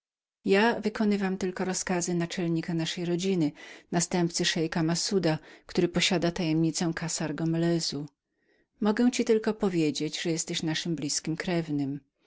ja wykonywam tylko rozkazy naczelnika naszej rodziny następcy szeika massuda który posiada tajemnicę kassar gomeleza mogę ci tylko powiedzieć że jesteś naszym blizkim krewnym